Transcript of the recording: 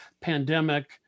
pandemic